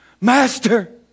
Master